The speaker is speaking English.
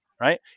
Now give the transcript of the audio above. right